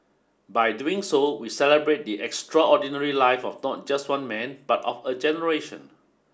by doing so we celebrate the extraordinary life of not just one man but of a generation